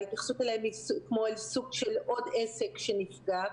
ההתייחסות אליהם היא כמו אל סוג של עוד עסק שנפגע,